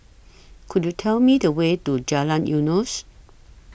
Could YOU Tell Me The Way to Jalan Eunos